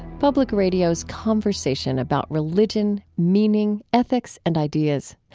public radio's conversation about religion, meaning, ethics, and ideas.